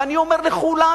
ואני אומר לכולנו: